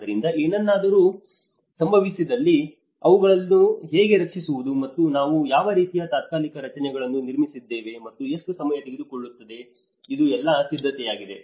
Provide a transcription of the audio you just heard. ಆದ್ದರಿಂದ ಏನಾದರೂ ಸಂಭವಿಸಿದಲ್ಲಿ ಅವುಗಳನ್ನು ಹೇಗೆ ರಕ್ಷಿಸುವುದು ಮತ್ತು ನಾವು ಯಾವ ರೀತಿಯ ತಾತ್ಕಾಲಿಕ ರಚನೆಗಳನ್ನು ನಿರ್ಮಿಸಿದ್ದೇವೆ ಮತ್ತು ಎಷ್ಟು ಸಮಯ ತೆಗೆದುಕೊಳ್ಳುತ್ತದೆ ಇದು ಎಲ್ಲಾ ಸಿದ್ಧತೆಯಾಗಿದೆ